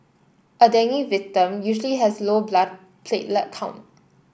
a dengue victim usually has low blood platelet count